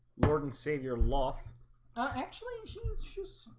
lord and senior loft ah actually, she's just